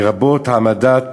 לרבות העמדת